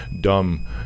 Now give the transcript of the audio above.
dumb